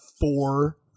four